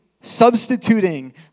substituting